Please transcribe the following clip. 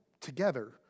together